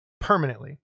permanently